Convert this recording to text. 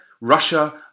Russia